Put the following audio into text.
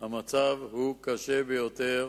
המצב הוא קשה ביותר,